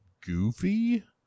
goofy